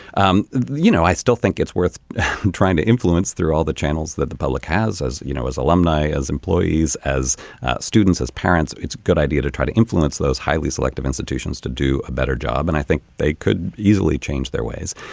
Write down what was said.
um you know i still think it's worth trying to influence through all the channels that the public has as you know as alumni as employees as students as parents. it's a good idea to try to influence those highly selective institutions to do a better job and i think they could easily change their ways.